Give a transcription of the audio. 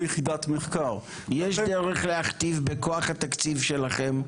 יחידת מחקר --- יש דרך להכתיב בכוח את התקציב שלכם,